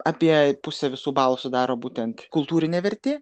apie pusė visų balų sudaro būtent kultūrinė vertė